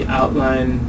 outline